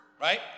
Right